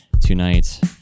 tonight